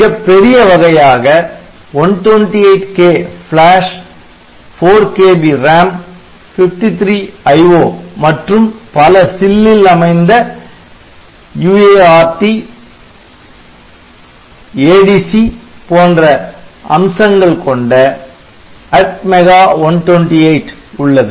மிகப்பெரிய வகையாக 128 K flash 4KB RAM 53 IO மற்றும் பல சில்லில் அமைந்த UART ADC போன்ற அம்சங்கள் கொண்ட ATMEGA128 உள்ளது